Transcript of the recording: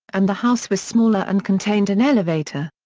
and the house was smaller and contained an elevator.